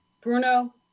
Bruno